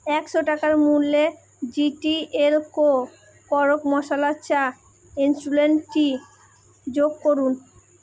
একশো টাকার মূল্যে জিটিএল কো কড়ক মশলা চা ইন্সুলেন্ট টি যোগ করুন